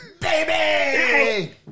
Baby